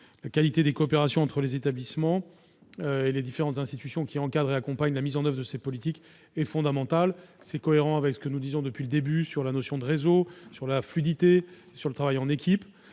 La qualité des coopérations entre les établissements et les différentes institutions qui encadrent et accompagnent la mise en oeuvre de ces politiques est fondamentale. C'est cohérent avec ce que nous disons depuis le début sur la notion de réseau, sur la fluidité et sur le travail en équipe.